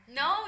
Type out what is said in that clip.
no